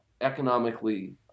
economically